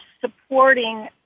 supporting